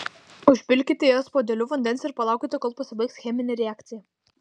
užpilkite jas puodeliu vandens ir palaukite kol pasibaigs cheminė reakcija